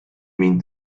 mind